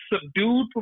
subdued